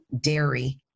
dairy